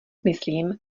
myslím